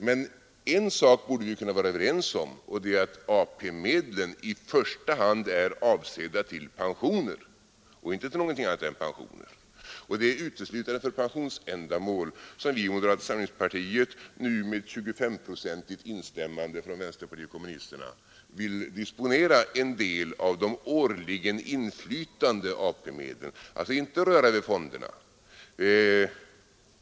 Men en sak borde vi kunna vara överens om: ATP-medlen är avsedda till pensioner och inte till någonting annat. Och det är uteslutande för pensionsändamål som vi från moderata samlingspartiet, nu med 2S5-procentigt instämmande från vänsterpartiet kommunisterna, vill disponera en del av de årligen inflytande ATP-medlen. Vi vill alltså inte röra vid fonderna.